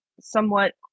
somewhat